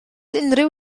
unrhyw